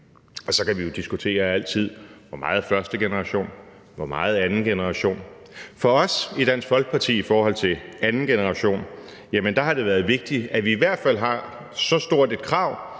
Så kan vi jo altid diskutere: Hvor meget første generation og hvor meget anden generation? For os i Dansk Folkeparti har det i forhold til anden generation været vigtigt, at vi i hvert fald har så stort et krav,